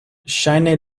ŝajne